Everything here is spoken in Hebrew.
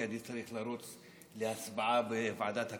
כי אני צריך לרוץ להצבעה בוועדת קורונה.